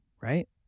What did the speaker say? right